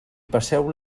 passeu